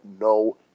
no